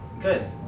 Good